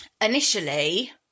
initially